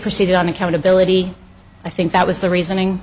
proceeded on accountability i think that was the reasoning